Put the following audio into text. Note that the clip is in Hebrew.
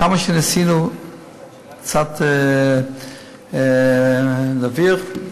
כמה שניסינו קצת להעביר,